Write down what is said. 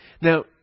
Now